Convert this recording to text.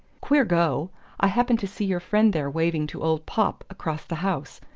queer go i happened to see your friend there waving to old popp across the house.